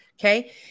Okay